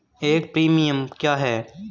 एक प्रीमियम क्या है?